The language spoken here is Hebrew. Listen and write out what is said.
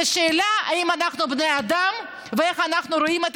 השאלה היא אם אנחנו בני אדם ואיך אנחנו רואים את